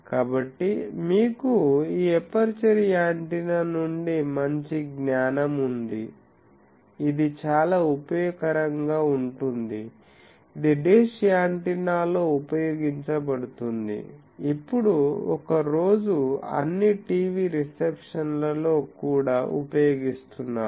కాబట్టి మీకు ఈ ఎపర్చరు యాంటెన్నా నుండి మంచి జ్ఞానం ఉంది ఇది చాలా ఉపయోగకరంగా ఉంటుంది ఇది డిష్ యాంటెన్నాలో ఉపయోగించబడుతుంది ఇప్పుడు ఒక రోజు అన్ని టీవీ రిసెప్షన్లలో కూడా ఉపయోగిస్తున్నారు